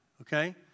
okay